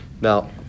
Now